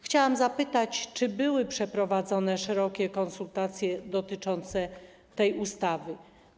Chciałam zapytać: Czy były przeprowadzone szerokie konsultacje dotyczące tej ustawy?